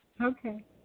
okay